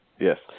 Yes